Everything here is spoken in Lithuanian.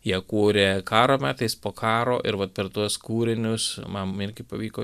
jie kūrė karo metais po karo ir vat per tuos kūrinius man irgi pavyko